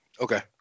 Okay